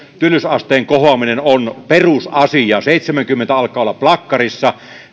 kynnysasteen kohoaminen on perusasia seitsemänkymmentä alkaa olla plakkarissa